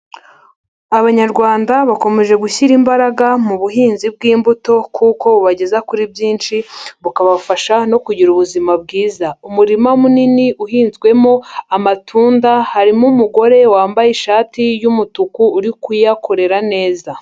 Abanyarwanda bakomeje gushyira imbaraga mu buhinzi bw'imbuto kuko bubageza kuri byinshi bukabafasha no kugira ubuzima bwiza. Umurima munini uhinzwemo amatunda, harimo umugore wambaye ishati y'umutuku uri kuyakorera neza.